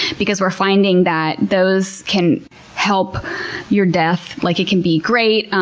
because we're finding that those can help your death. like it can be great.